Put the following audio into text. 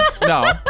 No